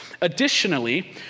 Additionally